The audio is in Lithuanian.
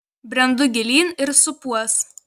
brendu gilyn ir supuos